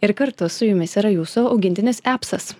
ir kartu su jumis yra jūsų augintinis epsas